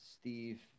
Steve